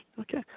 Okay